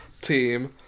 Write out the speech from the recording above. team